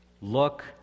look